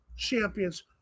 Champions